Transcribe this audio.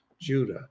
judah